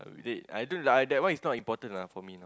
is it I don't like uh that one is not important lah for me now